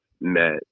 met